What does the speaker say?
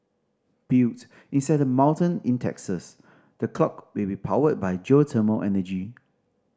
built inside a mountain in Texas the clock will be powered by geothermal energy